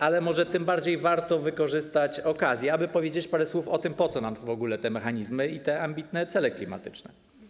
Ale może tym bardziej warto wykorzystać okazję, aby powiedzieć parę słów o tym, po co nam w ogóle te mechanizmy i te ambitne cele klimatyczne.